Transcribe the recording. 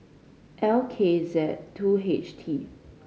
L K Z two H T